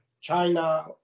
China